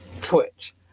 Twitch